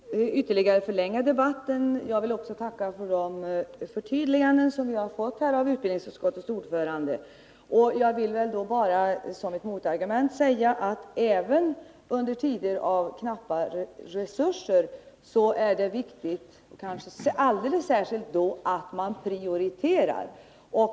Herr talman! Jag skall inte ytterligare förlänga debatten. Jag vill också tacka för de förtydliganden vi fått av utbildningsutskottets ordförande. Jag vill bara som ett motargument säga att under tider med knappa resurser är det alldeles särskilt viktigt att man prioriterar.